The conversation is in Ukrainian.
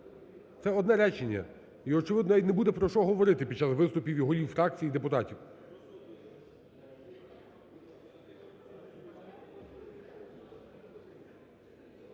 Це одне речення, і очевидно не буде про що говорити під час виступів і голів фракцій, і депутатів.